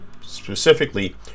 specifically